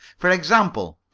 for example,